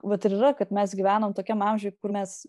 vat ir yra kad mes gyvenam tokiam amžiuj kur mes